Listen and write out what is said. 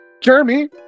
Jeremy